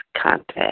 contact